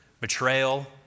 betrayal